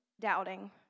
doubting